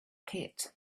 pit